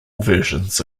versions